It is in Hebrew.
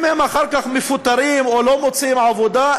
אם אחר כך הם מפוטרים או לא מוצאים עבודה,